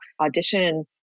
audition